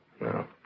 No